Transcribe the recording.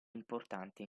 importante